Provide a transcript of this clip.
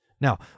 Now